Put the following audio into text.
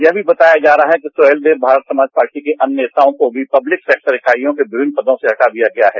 ये भी बताया जा रहा है कि सुहेलदेव ने भारत समाज पार्टी के अन्य नेताओं को भी पब्लिक सेक्टर इकाइयों के विभिन्न पदों से हटा दिया गया है